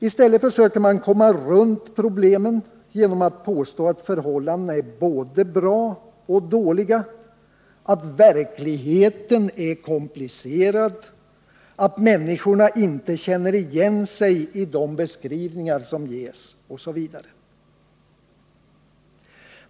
I stället försöker man komma runt problemen genom att påstå att förhållandena är både bra och dåliga, att verkligheten är komplicerad, att människorna inte känner igen sig i de beskrivningar som ges osv.